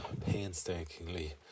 painstakingly